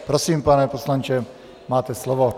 Prosím, pane poslanče, máte slovo.